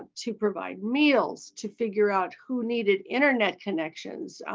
to provide meals to figure out who needed internet connections.